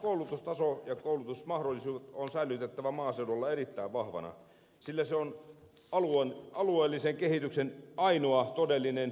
koulutustaso ja koulutusmahdollisuudet on säilytettävä maaseudulla erittäin vahvoina sillä se on alueellisen kehityksen ainoa todellinen takuu